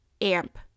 Amp